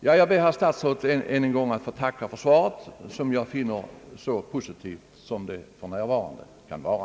Jag ber, herr talman, än en gång att få tacka herr statsrådet för svaret, som jag finner så positivt som det för närvarande kan vara.